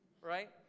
right